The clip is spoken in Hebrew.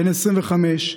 בן 25,